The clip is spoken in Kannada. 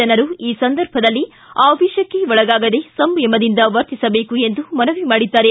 ಜನರು ಈ ಸಂದರ್ಭದಲ್ಲಿ ಆವೇಶಕ್ಕೆ ಒಳಗಾಗದೆ ಸಂಯಮದಿಂದ ವರ್ತಿಸಬೇಕು ಎಂದು ಮನವಿ ಮಾಡಿದ್ದಾರೆ